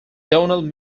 donald